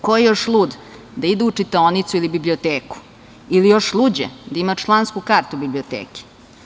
Ko je još lud da ide u čitaonicu ili biblioteku, ili još luđe da ima člansku kartu biblioteke?